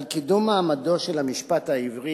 על קידום מעמדו של המשפט העברי